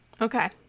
Okay